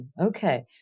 Okay